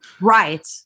Right